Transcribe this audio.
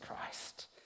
Christ